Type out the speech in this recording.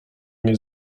nie